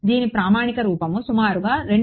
దీని ప్రామాణిక రూపము సుమారుగా 2